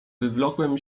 wywlokłem